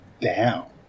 down